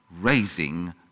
raising